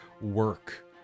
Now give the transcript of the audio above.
work